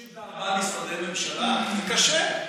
34 שרי ממשלה, קשה.